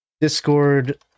Discord